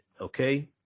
okay